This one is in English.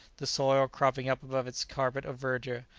the soil, cropping up above its carpet of verdure,